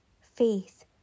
faith